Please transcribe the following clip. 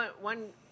One